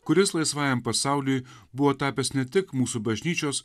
kuris laisvajam pasauliui buvo tapęs ne tik mūsų bažnyčios